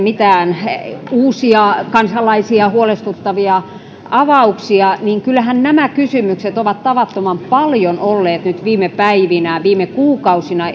mitään uusia kansalaisia huolestuttavia avauksia niin kyllähän nämä kysymykset ovat tavattoman paljon olleet nyt viime päivinä viime kuukausina